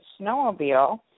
snowmobile